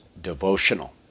devotional